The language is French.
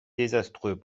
désastreux